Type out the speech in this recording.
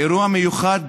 באירוע מיוחד,